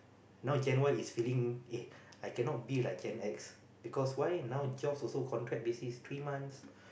now Gen-Y is feeling eh I cannot be like Gen-X because why now jobs also contract basis three months